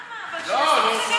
מה אתה רוצה?